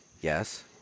Yes